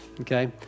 okay